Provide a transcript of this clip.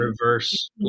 reverse